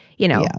you know.